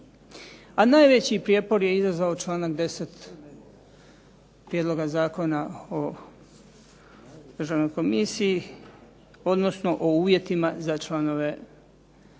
A najveći prijepor je izazvao članak 10. prijedloga Zakona o državnoj komisiji, odnosno o uvjetima za članove državne